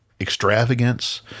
extravagance